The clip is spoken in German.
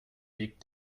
weg